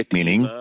meaning